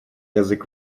язык